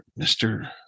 mr